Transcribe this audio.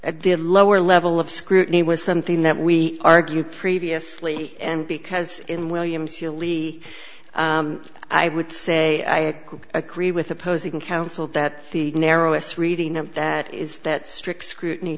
at the lower level of scrutiny was something that we argued previously and because in williams really i would say i agree with opposing counsel that the narrowest reading of that is that strict scrutiny